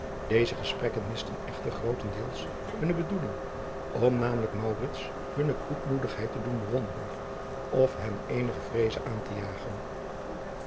deze gesprekken misten echter grootendeels hunne bedoeling om namelijk maurits hunne kloekmoedigheid te doen bewonderen of hem eenige vreeze aan te jagen